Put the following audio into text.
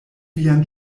vian